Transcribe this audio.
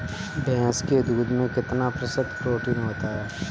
भैंस के दूध में कितना प्रतिशत प्रोटीन होता है?